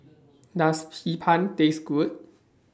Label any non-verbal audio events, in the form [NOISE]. [NOISE] Does Hee Pan Taste Good